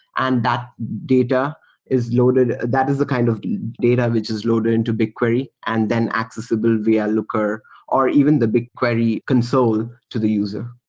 and that data is loaded that is the kind of data which is loaded into bigquery and then accessible via looker or even the bigquery console to the user.